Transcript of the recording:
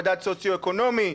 מדד סוציואקונומי,